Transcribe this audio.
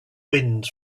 wind